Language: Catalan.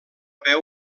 haver